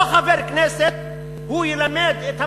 לא חבר כנסת ילמד את המדען,